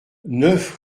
neuf